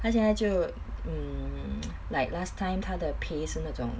他现在就 mm like last time 他的 pay 是那种